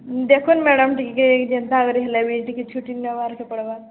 ଦେଖନ୍ତୁ ମ୍ୟାଡ଼ାମ୍ ଟିକିଏ ଏଇ ଯେନ୍ତା କରିକି ହେଲେ ବି ଟିକିଏ ଛୁଟି ନେବାର ତ ପଡ଼ବା